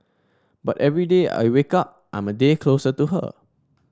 but every day I wake up I'm a day closer to her